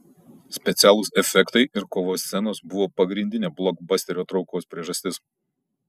specialūs efektai ir kovos scenos buvo pagrindinė blokbasterio traukos priežastis